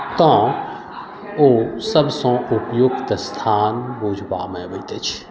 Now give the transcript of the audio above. तऽ ओ सभसँ उपयुक्त स्थान बुझबामे अबैत अछि